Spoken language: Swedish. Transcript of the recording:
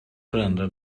förändra